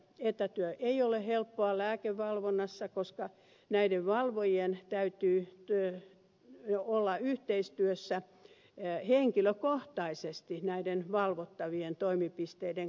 etätyö ei ole helppoa lääkevalvonnassa koska näiden valvojien täytyy olla yhteistyössä henkilökohtaisesti näiden valvotta vien toimipisteiden kanssa